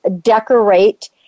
decorate